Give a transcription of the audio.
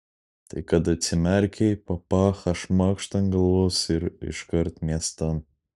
tai kad atsimerkei papachą šmakšt ant galvos ir iškart miestan